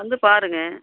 வந்து பாருங்கள்